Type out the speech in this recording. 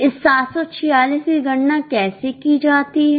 इस 746 की गणना कैसे की जाती है